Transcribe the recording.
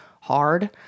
hard